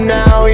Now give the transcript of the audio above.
now